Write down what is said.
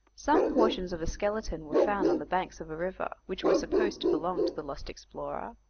some portions of a skeleton were found on the banks of a river, which were supposed to belong to the lost explorer,